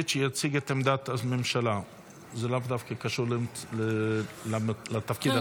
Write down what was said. זה לאו דווקא קשור לתפקיד השר.